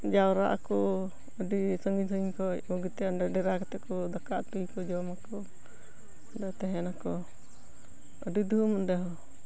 ᱡᱟᱣᱨᱟᱜ ᱟᱠᱚ ᱟᱹᱰᱤ ᱥᱟᱺᱜᱤᱧ ᱥᱟᱺᱜᱤᱧ ᱠᱷᱚᱱ ᱵᱩᱜᱤᱛᱮ ᱚᱸᱰᱮ ᱰᱮᱨᱟ ᱠᱟᱛᱮ ᱠᱚ ᱫᱟᱠᱟ ᱩᱛᱩᱭᱟᱠᱚ ᱡᱚᱢ ᱟᱠᱚ ᱚᱸᱰᱮ ᱛᱟᱦᱮᱸᱱᱟᱠᱚ ᱟᱹᱰᱤ ᱫᱷᱩᱢ ᱚᱸᱰᱮ ᱦᱚᱸ